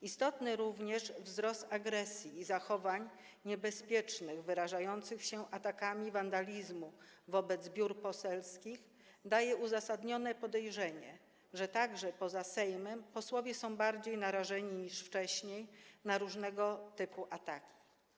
Istotny również wzrost agresji i zachowań niebezpiecznych wyrażających się atakami wandalizmu wobec biur poselskich daje uzasadnione podejrzenie, że także poza Sejmem posłowie są bardziej narażeni niż wcześniej na różnego typu ataki.